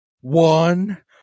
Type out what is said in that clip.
one